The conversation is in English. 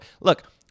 look